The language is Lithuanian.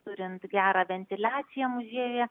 turint gerą ventiliaciją muziejuje